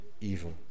evil